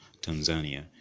tanzania